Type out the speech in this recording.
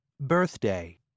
Birthday